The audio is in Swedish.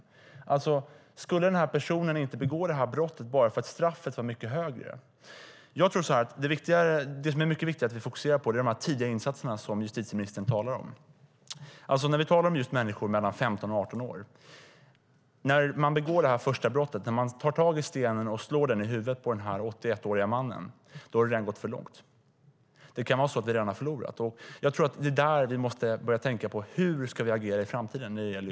Skulle den personen inte begå brottet bara för att straffet var mycket strängare? Det är mycket viktigt att vi fokuserar på de tidiga insatser som justitieministern talar om. Vi talar om ungdomar mellan 15 och 18 år. När de begår det första brottet, tar tag i stenen och slår i huvudet på den 81-årige mannen, har det redan gått för långt. Då kan vi redan ha förlorat. Det är där vi måste börja tänka på hur vi ska agera i framtiden i just dessa fall.